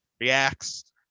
reacts